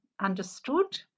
understood